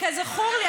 כזכור לי,